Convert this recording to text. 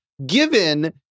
Given